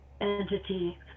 entity